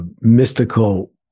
mystical